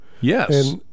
Yes